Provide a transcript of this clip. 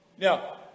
Now